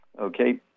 okay